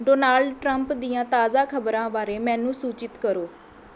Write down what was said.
Donald Trump ਦੀਆਂ ਤਾਜ਼ਾ ਖ਼ਬਰਾਂ ਬਾਰੇ ਮੈਨੂੰ ਸੂਚਿਤ ਕਰੋ